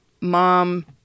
mom